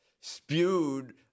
spewed